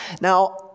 Now